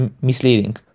misleading